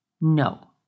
No